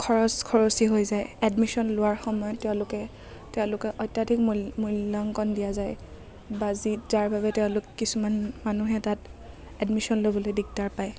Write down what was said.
খৰচ খৰচী হৈ যায় এডমিছন লোৱাৰ সময়ত তেওঁলোকে তেওঁলোকে অত্যাধিক মুইল মূল্যাংকন দিয়া যায় বা যি যাৰ বাবে তেওঁলোক কিছুমান মানুহে তাত এডমিছন ল'বলৈ দিগদাৰ পায়